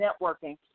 networking